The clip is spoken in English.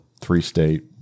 three-state